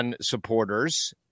supporters